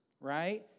right